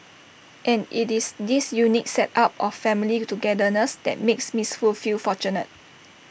and IT is this unique set up of family togetherness that makes miss Foo feel fortunate